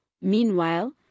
meanwhile